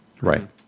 Right